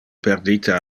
perdite